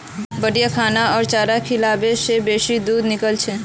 बढ़िया खाना आर चारा खिलाबा से बेसी दूध निकलछेक